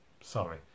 sorry